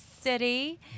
City